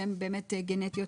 שהם באמת גנטיות,